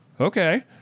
okay